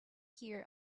here